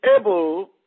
able